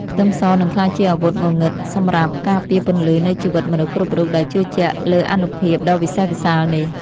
ខ្ទឹមសនឹងក្លាយជាអាវុធងងឹតសម្រាប់ការពារពន្លឺនៃជីវិតមនុស្សគ្រប់រូបដែលជឿជាក់លើអានុភាពដ៏វិសេសវិសាលនេះ។